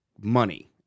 money